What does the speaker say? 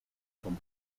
from